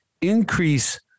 increase